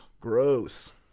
Gross